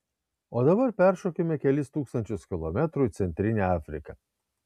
o dabar peršokime kelis tūkstančius kilometrų į centrinę afriką